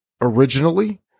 originally